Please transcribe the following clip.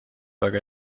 väga